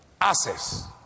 access